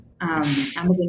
Amazon